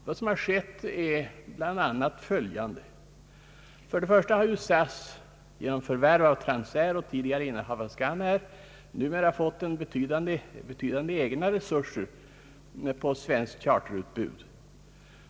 Vad som hänt är bl.a. följande, För det första har SAS genom förvärv av Transair och tidigare innehav av Scanair numera fått betydande egna resurser för svenskt charterutbud.